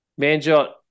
Manjot